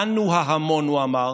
אנו ההמון, הוא אמר,